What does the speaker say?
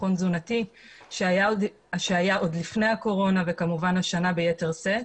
תזונתי שהיה עוד לפני הקורונה וכמובן השנה קיים ביתר שאת.